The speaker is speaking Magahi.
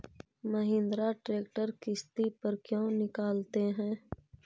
महिन्द्रा ट्रेक्टर किसति पर क्यों निकालते हैं?